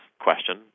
question